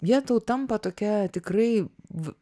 jie tau tampa tokia tikrai v